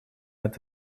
met